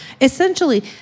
Essentially